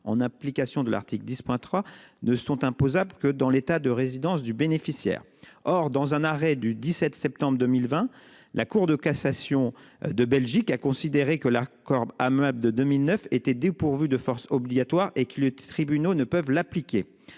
en application de l'article 10,3 ne sont imposables que dans l'état de résidence du bénéficiaire. Or, dans un arrêt du 17 septembre 2020, la Cour de cassation de Belgique a considéré que la corde à meubles de 2009 était dépourvu de force obligatoire et qui luttent tribunaux ne peuvent l'appliquer.